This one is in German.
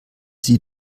sie